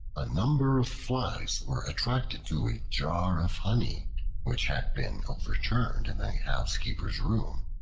a number of flies were attracted to a jar of honey which had been overturned in a housekeeper's room,